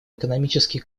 экономический